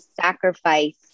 sacrifice